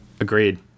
Agreed